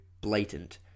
blatant